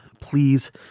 Please